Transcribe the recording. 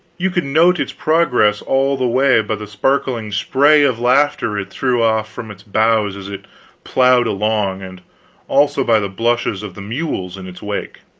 you could note its progress all the way by the sparkling spray of laughter it threw off from its bows as it plowed along and also by the blushes of the mules in its wake.